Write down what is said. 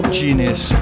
genius